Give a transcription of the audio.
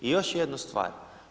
I još jednu stvar.